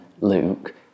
luke